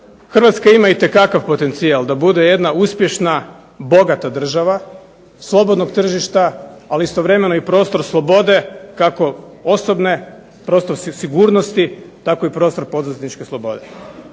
Hrvatska ima itekakav potencijal da bude jedna uspješna, bogata država slobodnog tržišta, ali istovremeno i prostor slobode kako osobne, prostor sigurnosti, tako i prostor poduzetničke slobode.